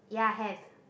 ya have